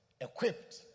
equipped